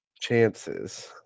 chances